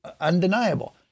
undeniable